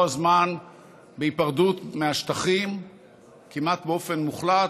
הזמן בהיפרדות מהשטחים כמעט באופן מוחלט,